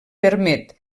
permet